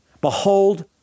behold